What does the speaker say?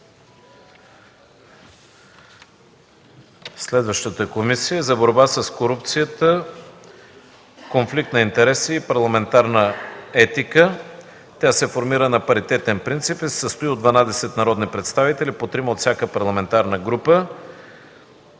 (КБ): Комисия за борба с корупцията, конфликт на интереси и парламентарна етика. Тя се формира на паритетен принцип и се състои от 12 народни представители – по трима от всяка парламентарна група.